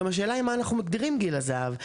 גם השאלה היא מה אנחנו מגדירים "גיל הזהב".